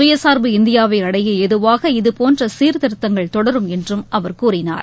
சுயசார்பு இந்தியாவை அடைய ஏதுவாக இதபோன்ற சீர்திருத்தங்கள் தொடரும் என்றும் அவர் கூறினார்